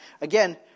Again